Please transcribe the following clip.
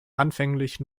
anfänglich